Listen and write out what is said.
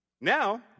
Now